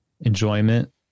enjoyment